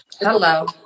Hello